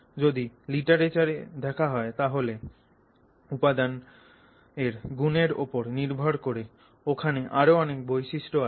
যদি লিটারেচার দেখা হয় তাহলে উপাদানের গুণের ওপর নির্ভর করে ওখানে আরও অনেক বৈশিষ্ট আছে